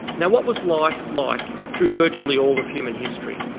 now what was life like through virtually all of human history?